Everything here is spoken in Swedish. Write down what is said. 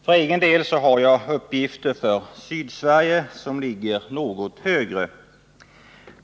För egen del har jag uppgifter för Sydsverige som ligger något högre.